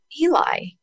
Eli